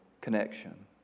connection